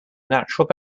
natural